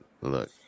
look